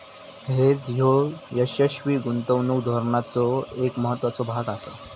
hedge ह्यो यशस्वी गुंतवणूक धोरणाचो एक महत्त्वाचो भाग आसा